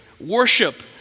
worship